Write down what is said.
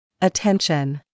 Attention